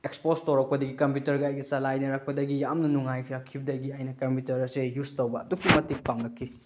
expose ꯇꯧꯔꯛꯄꯗꯒꯤ ꯀꯝꯄꯨꯇꯔꯒ ꯑꯩꯒ ꯆꯂꯥꯏꯅꯔꯛꯄꯗꯒꯤ ꯌꯥꯝꯅ ꯅꯨꯡꯉꯥꯏꯔꯛꯈꯤꯕꯗꯒꯤ ꯑꯩꯅ ꯀꯝꯄꯨꯇꯔ ꯑꯁꯦ ꯌꯨꯁ ꯇꯧꯕ ꯑꯗꯨꯛꯀꯤ ꯃꯇꯤꯛ ꯄꯥꯝꯂꯛꯈꯤ